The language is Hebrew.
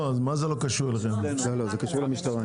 לא זה קשור למל"ל דווקא,